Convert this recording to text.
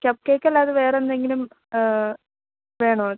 cup കേക്കല്ലാതെ വേറെയെന്തെങ്കിലും വേണോ